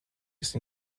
ist